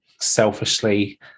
selfishly